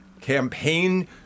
campaign